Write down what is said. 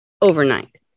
overnight